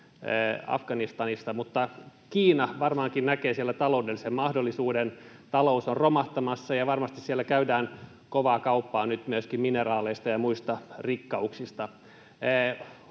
Afganistanista, mutta Kiina varmaankin näkee siellä taloudellisen mahdollisuuden. Talous on romahtamassa, ja varmasti siellä käydään kovaa kauppaa nyt myöskin mineraaleista ja muista rikkauksista.